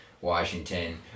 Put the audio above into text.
Washington